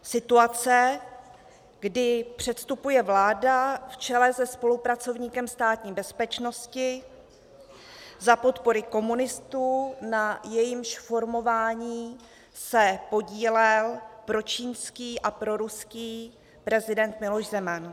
Situace, kdy předstupuje vláda v čele se spolupracovníkem Státní bezpečnosti za podpory komunistů, na jejímž formování se podílel pročínský a proruský prezident Miloš Zeman.